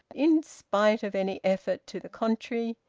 in spite of any effort to the contrary,